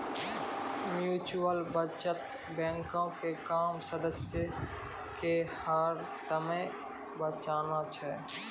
mutual बचत बैंको के काम सदस्य के हरदमे बचाना छै